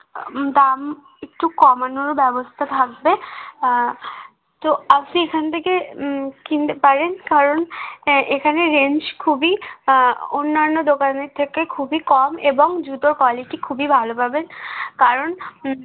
দাম একটু কমানোরও ব্যবস্থা থাকবে তো আপনি এখান থেকে কিনতে পারেন কারণ এখানে রেঞ্জ খুবই অন্যান্য দোকানের থেকে খুবই কম এবং জুতোর কোয়ালিটি খুবই ভালো পাবেন কারণ